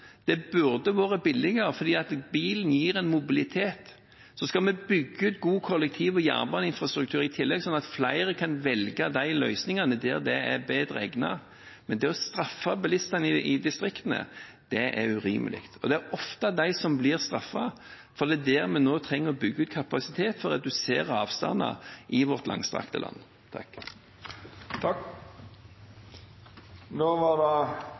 Det burde vært billigere, for bilen gir mobilitet. Vi skal bygge ut god kollektiv- og jernbaneinfrastruktur i tillegg, slik at flere kan velge de løsningene der det egner seg bedre, men å straffe bilistene i distriktene er urimelig. Det er ofte de som blir straffet, for det er der vi nå trenger å bygge ut kapasitet for å redusere avstander i vårt langstrakte land.